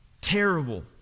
terrible